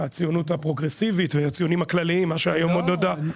הציונות הפרוגרסיבית והציונים הכלליים מה שהיום עוד נודע,